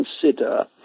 consider